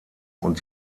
und